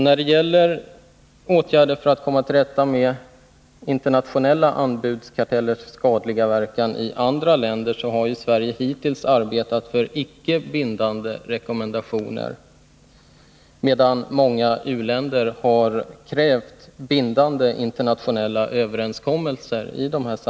När det gäller åtgärder för att komma till rätta med internationella anbudskartellers skadliga verkan i andra länder har Sverige hittills arbetat för icke bindande rekommendationer, medan många u-länder i dessa sammanhang har krävt bindande internationella överenskommelser.